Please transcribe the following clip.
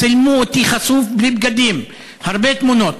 צילמו אותי חשוף בלי בגדים הרבה תמונות.